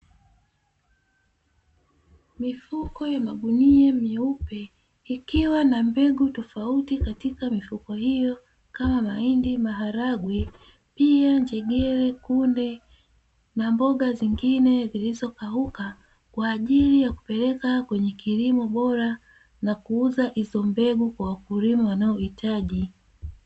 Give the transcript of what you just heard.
Mifuko ya magunia meupe ikiwa na mbegu tofauti katika mifuko hiyo kama mahindi, maharage, pia njegere, kunde, na mboga zingine zilizokauka kwa ajili ya kupeleka kwenye kilimo bora na kuuza hizo mbegu kwa wakulima wanaohitaji.